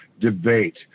debate